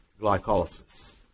glycolysis